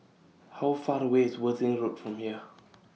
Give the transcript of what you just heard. How Far The away IS Worthing Road from here